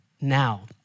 now